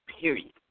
Period